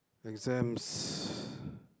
exams